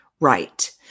Right